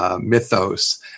Mythos